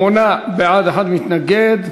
שמונה בעד, אחד מתנגד.